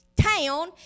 town